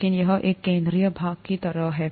लेकिन यह एक केंद्रीय भाग की तरह है